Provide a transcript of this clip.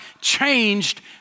changed